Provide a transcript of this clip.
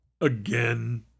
again